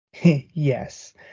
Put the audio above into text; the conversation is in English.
Yes